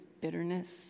bitterness